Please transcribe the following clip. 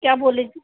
क्या बोले जी